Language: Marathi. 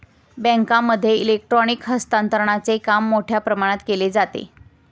बँकांमध्ये इलेक्ट्रॉनिक हस्तांतरणचे काम मोठ्या प्रमाणात केले जाते